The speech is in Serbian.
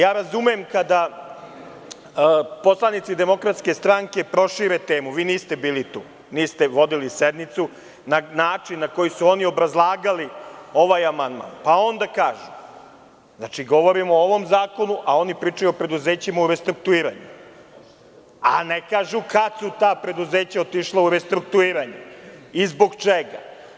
Razumem kada poslanici DS prošire temu, vi niste bili tu, niste vodili sednicu, na način na koji su oni obrazlagali ovaj amandman, pa onda kažu, znači govorim o ovom zakonu, a oni pričaju o preduzećima u restruktuiranju, a ne kažu kada su ta preduzeća otišla u restruktuiranje i zbog čega.